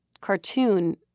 cartoon